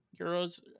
euros